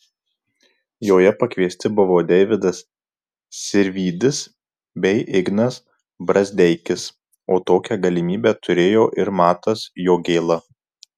joje pakviesti buvo deividas sirvydis bei ignas brazdeikis o tokią galimybę turėjo ir matas jogėla